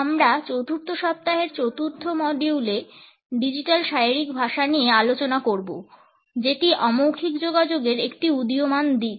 আমরা চতুর্থ সপ্তাহের চতুর্থ মডিউলে ডিজিটাল শারীরিক ভাষা নিয়ে আলোচনা করব যেটি অমৌখিক যোগাযোগের একটি উদীয়মান দিক